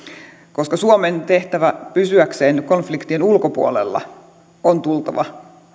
koska suomen tehtävä pysyäkseen konfliktien ulkopuolella on tultava